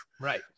Right